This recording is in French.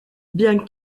bien